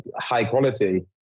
high-quality